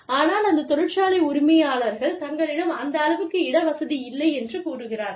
ஆனால் அந்த தொழிற்சாலை உரிமையாளர்கள் தங்களிடம் அந்த அளவுக்கு இட வசதி இல்லை என்று கூறுகிறார்கள்